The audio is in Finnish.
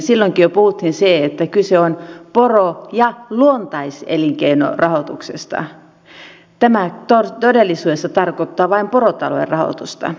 silloinkin jo puhuttiin että kyse on poro ja luontaiselinkeinorahoituksesta ja tämä todellisuudessa tarkoittaa vain porotalouden rahoitusta